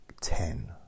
ten